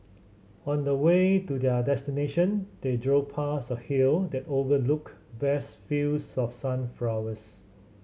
on the way to their destination they drove past a hill that overlooked vast fields of sunflowers